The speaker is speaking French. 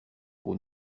pour